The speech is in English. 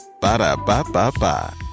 Ba-da-ba-ba-ba